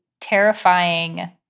terrifying